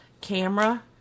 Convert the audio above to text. camera